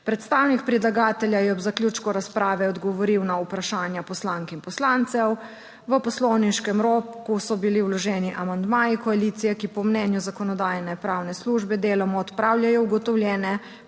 Predstavnik predlagatelja je ob zaključku razprave odgovoril na vprašanja poslank in poslancev. V poslovniškem roku so bili vloženi amandmaji koalicije, ki po mnenju Zakonodajno-pravne službe deloma odpravljajo ugotovljene